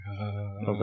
Okay